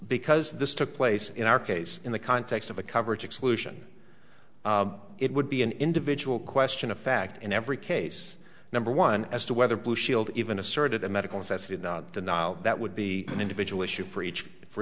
because this took place in our case in the context of a coverage exclusion it would be an individual question of fact in every case number one as to whether blue shield even asserted a medical necessity in the knowledge that would be an individual issue for each for